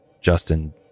Justin